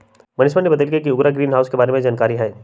मनीषवा ने बतल कई कि ओकरा ग्रीनहाउस के बारे में जानकारी हई